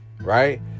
right